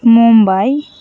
Mumbai